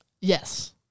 Yes